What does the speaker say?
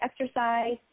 exercise